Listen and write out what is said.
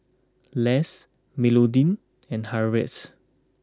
Less Melodee and Harriette